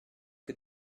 que